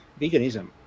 veganism